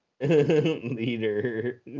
leader